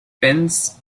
pins